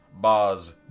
bars